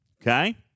Okay